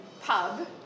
pub